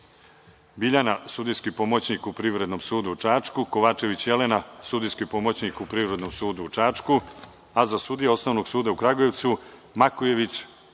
Biljana, sudijski pomoćnik u Privrednom sudu u Čačku, Kovačević Jelena, sudijski pomoćnik u Privrednom sudu u Čačku, a za sudije Osnovnog suda u Kragujevcu: Makojević